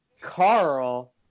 Carl